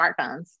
smartphones